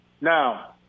Now